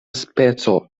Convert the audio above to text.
speco